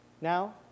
Now